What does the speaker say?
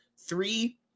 three